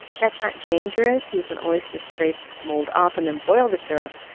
that's not dangerous. you can always just scrape mold off and then boil the syrup,